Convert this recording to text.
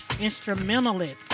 instrumentalist